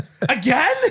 again